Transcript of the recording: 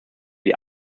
die